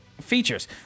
features